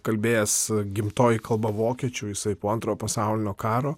kalbėjęs gimtoji kalba vokiečių jisai po antrojo pasaulinio karo